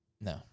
No